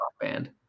band